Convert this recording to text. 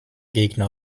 gegner